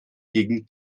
gegen